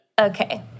Okay